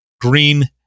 green